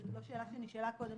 זו לא שאלה שנשאלה קודם.